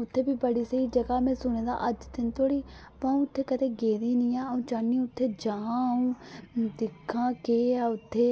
उत्थै बी बड़ी स्हेई जगह् में सुने दा अज्ज दिन धोड़ी वा उत्थै कदें गेदी निं ऐ अऊं चाह्न्नी उत्थै जां अ'ऊं दिक्खां केह् ऐ उत्थै